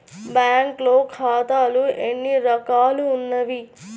బ్యాంక్లో ఖాతాలు ఎన్ని రకాలు ఉన్నావి?